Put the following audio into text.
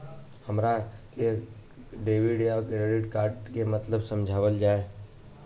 हमरा के डेबिट या क्रेडिट कार्ड के मतलब समझावल जाय?